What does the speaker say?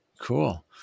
Cool